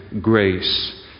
grace